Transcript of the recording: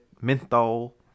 Menthol